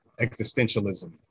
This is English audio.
existentialism